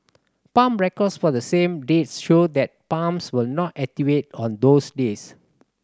pump records for the same dates show that pumps were not activated on those days